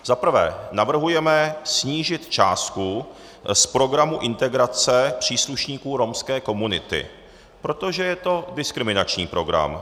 Zaprvé navrhujeme snížit částku z programu integrace příslušníků romské komunity, protože je to diskriminační program.